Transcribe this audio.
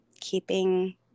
keeping